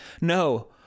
no